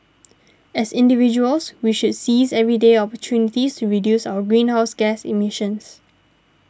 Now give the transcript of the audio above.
as individuals we should seize everyday opportunities to reduce our greenhouse gas emissions